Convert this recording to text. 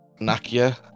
nakia